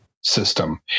system